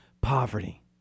Poverty